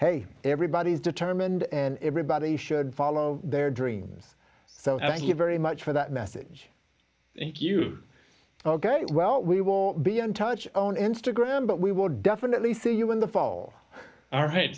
hey everybody is determined and everybody should follow their dreams so thank you very much for that message thank you all get it well we will be in touch on instagram but we will definitely see you in the fall all right